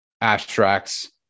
abstracts